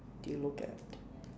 do you look at